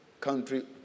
country